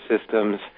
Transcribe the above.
systems